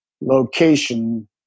location